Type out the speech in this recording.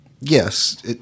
Yes